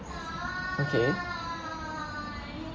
okay